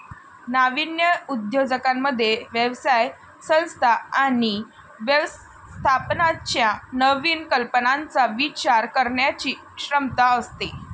नाविन्यपूर्ण उद्योजकांमध्ये व्यवसाय संस्था आणि व्यवस्थापनाच्या नवीन कल्पनांचा विचार करण्याची क्षमता असते